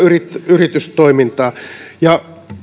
yritystoimintaa ja